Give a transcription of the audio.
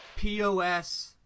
POS